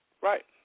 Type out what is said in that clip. right